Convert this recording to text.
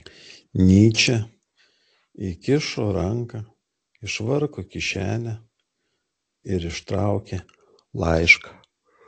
nyčė įkišo ranką į švarko kišenę ir ištraukė laišką